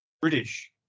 British